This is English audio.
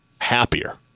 happier